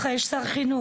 בשביל זה יש שר חינוך.